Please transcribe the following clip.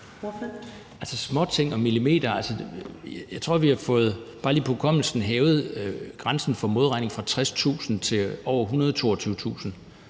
der tales om småting og millimeter. Jeg tror, vi har fået – bare lige på hukommelsen – hævet grænsen for modregning fra 60.000 kr. til over 122.000